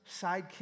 sidekick